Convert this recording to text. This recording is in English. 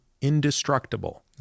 indestructible